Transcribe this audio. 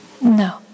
No